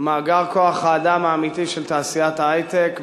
מאגר כוח האדם האמיתי של תעשיית ההיי-טק בישראל,